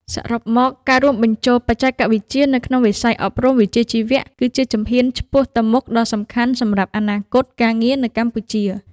សរុបមក ការរួមបញ្ចូលបច្ចេកវិទ្យានៅក្នុងវិស័យអប់រំវិជ្ជាជីវៈគឺជាជំហានឆ្ពោះទៅមុខដ៏សំខាន់សម្រាប់អនាគតការងារនៅកម្ពុជា។